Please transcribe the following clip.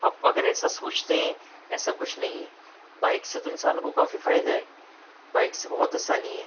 آپ اگر ایسا سوچتے ہیں ایسا کچھ نہیں ہے بائک سے تو انسانوں کو کافی فائدہ ہے بائک سے بہت آسانی ہے